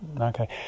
Okay